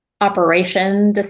operation